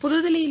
புத்தில்லியில்